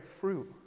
fruit